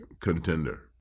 contender